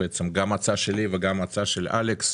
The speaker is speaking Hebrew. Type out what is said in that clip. גם ההצעה שלי וגם ההצעה של אלכס